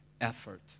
effort